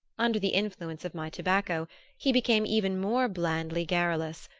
under the influence of my tobacco he became even more blandly garrulous,